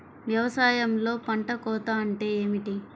వ్యవసాయంలో పంట కోత అంటే ఏమిటి?